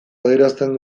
adierazten